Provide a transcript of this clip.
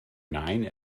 nine